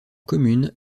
commune